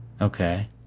Okay